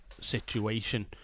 situation